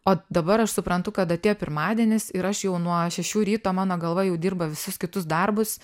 o dabar aš suprantu kad atėjo pirmadienis ir aš jau nuo šešių ryto mano galva jau dirba visus kitus darbus